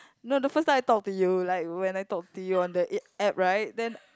no the first time I talk to you like when I talk to you on the A app right then